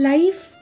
Life